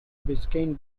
biscayne